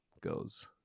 goes